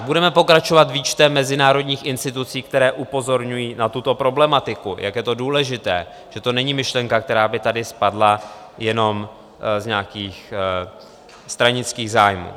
Budeme pokračovat výčtem mezinárodních institucí, které upozorňují na tuto problematiku, jak je to důležité, že to není myšlenka, která by tady spadla jenom z nějakých stranických zájmů.